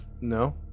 No